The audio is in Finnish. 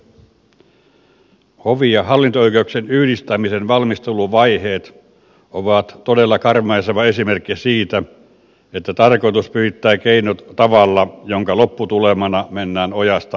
hovi ja hallinto oikeuksien yhdistämisen valmisteluvaiheet ovat todella karmaiseva esimerkki siitä että tarkoitus pyhittää keinot tavalla jonka lopputulemana mennään ojasta allikkoon